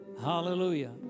hallelujah